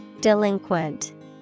Delinquent